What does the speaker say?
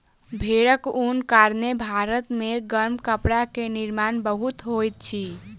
भेड़क ऊनक कारणेँ भारत मे गरम कपड़ा के निर्माण बहुत होइत अछि